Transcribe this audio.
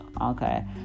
okay